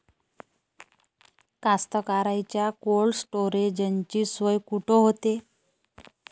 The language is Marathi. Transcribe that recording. कास्तकाराइच्या कोल्ड स्टोरेजची सोय कुटी होते?